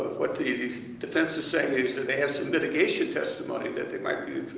what the defense is saying is that they have some litigation testimony that they might be